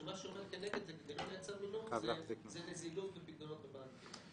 שמה שעומד כנגד זה כדי לא לייצר מינוף זה נזילות ופיקדונות בבנקים.